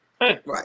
Right